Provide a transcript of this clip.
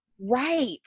Right